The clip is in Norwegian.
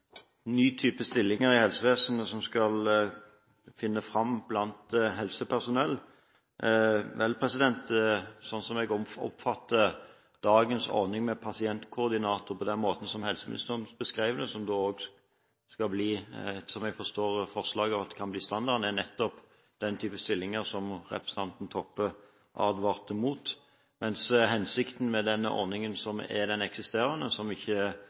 oppfatter dagens ordning med pasientkoordinator, av den måten som helseministeren beskrev det – som også kan bli, slik jeg forstår forslaget, standarden – er nettopp den type stilling som representanten Toppe advarte mot, mens hensikten med den eksisterende ordningen, som ikke er tilstrekkelig gjennomført, er at pasienten skal ha én person, fortrinnsvis en lege, å forholde seg til i spesialisthelsetjenesten, som